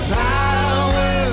power